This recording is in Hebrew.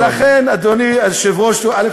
ולכן, אדוני היושב-ראש, א.